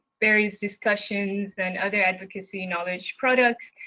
various discussions and other advocacy knowledge products,